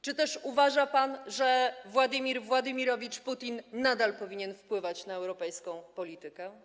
Czy też uważa pan, że Władimir Władimirowicz Putin nadal powinien wpływać na europejską politykę?